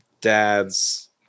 dad's